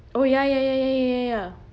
oh ya ya ya ya ya ya ya ya ya